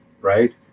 right